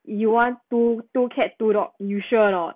you want two cat two dog you sure or not